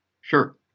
Sure